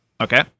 Okay